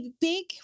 big